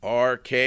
RK